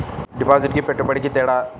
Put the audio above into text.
డిపాజిట్కి పెట్టుబడికి తేడా?